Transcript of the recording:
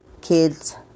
kids